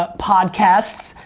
ah podcasts,